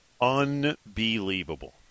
unbelievable